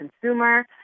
consumer